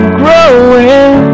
growing